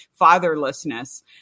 fatherlessness